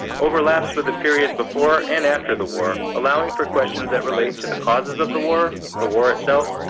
overlaps with the period before and after the war, allowing for questions that relate to the causes of the war, the war itself,